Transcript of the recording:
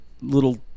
little